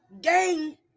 gang